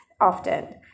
often